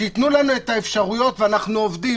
שייתנו לנו את האפשרויות, ואנחנו עובדים.